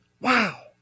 Wow